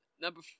Number